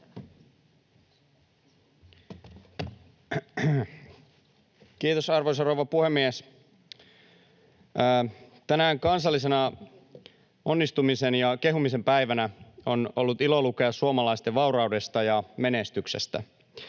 Kiitos, arvoisa rouva puhemies! Tänään kansallisena onnistumisen ja kehumisen päivänä on ollut ilo lukea suomalaisten vauraudesta ja menestyksestä.